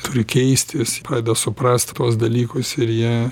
turi keistis pradeda suprast tuos dalykus ir jie